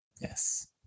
Yes